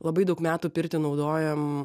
labai daug metų pirtį naudojam